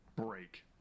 break